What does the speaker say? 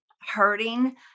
hurting